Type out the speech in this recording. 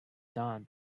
done